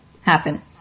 happen